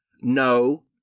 No